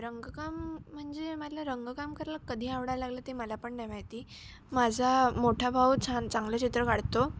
रंगकाम म्हणजे मला रंगकाम करायला कधी आवडायला लागलं ते मला पण नाही माहिती माझा मोठा भाऊ छान चांगलं चित्र काढतो